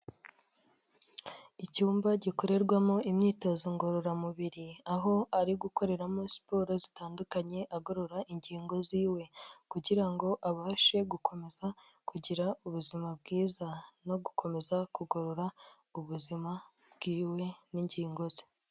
Icyumba gikorerwamo imyitozo ngororamubiri, aho ari gukoreramo siporo zitandukanye agorora ingingo z'iwe, kugira ngo abashe gukomeza kugira ubuzima bwiza no gukomeza kugorora ubuzima bw'iwe n'ingingo ze.